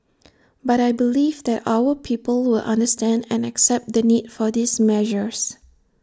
but I believe that our people will understand and accept the need for these measures